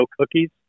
cookies